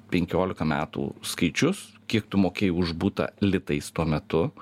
penkiolika metų skaičius kiek tu mokėjai už butą litais tuo metu